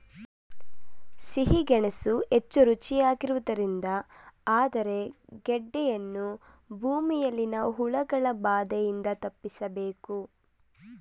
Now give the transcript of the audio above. ಸಿಹಿ ಗೆಣಸು ಹೆಚ್ಚು ರುಚಿಯಾಗಿರುವುದರಿಂದ ಆದರೆ ಗೆಡ್ಡೆಯನ್ನು ಭೂಮಿಯಲ್ಲಿನ ಹುಳಗಳ ಬಾಧೆಯಿಂದ ತಪ್ಪಿಸಬೇಕು